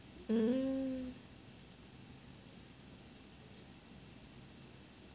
mm